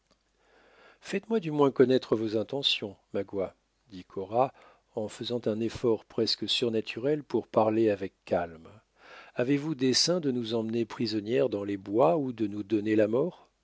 faites-moi du moins connaître vos intentions magua dit cora en faisant un effort presque surnaturel pour parler avec calme avez-vous dessein de nous emmener prisonnières dans les bois ou de nous donner la mort